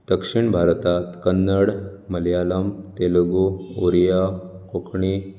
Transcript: दक्षीण भारताक कन्नड मळ्याळम तेलगू ओडिया कोंकणी